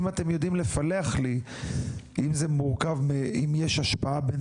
אם אתם יודעים לפלח לי אם יש השפעה בין